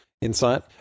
insight